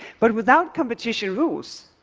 but without competition rules,